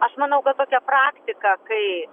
aš manau kad tokia praktika kai